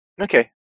Okay